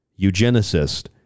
eugenicist